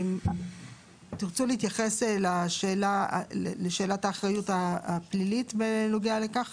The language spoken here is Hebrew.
תרצו להתייחס לשאלת האחריות הפלילית בנוגע לכך